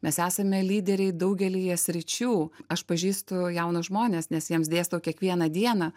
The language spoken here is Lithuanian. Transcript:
mes esame lyderiai daugelyje sričių aš pažįstu jaunus žmones nes jiems dėstau kiekvieną dieną